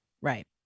Right